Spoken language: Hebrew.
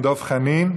דב חנין.